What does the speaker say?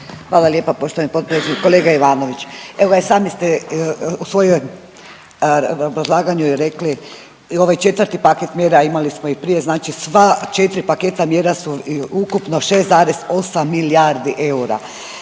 Hvala lijepa poštovani potpredsjedniče. Kolega Ivanović, evo ga i sami ste u svojoj obrazlaganju rekli ovaj 4. paket mjera imali smo i prije, znači sva 4 paketa mjera su ukupno 6,8 milijardi eura.